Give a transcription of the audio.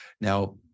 Now